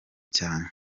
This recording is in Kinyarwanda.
cyane